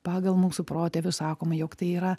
pagal mūsų protėvių sakoma jog tai yra